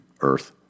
earth